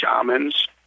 shamans